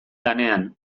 lanean